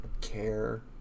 care